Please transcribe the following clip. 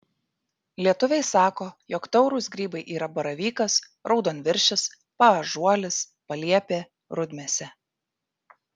lietuviai sako jog taurūs grybai yra baravykas raudonviršis paąžuolis paliepė rudmėsė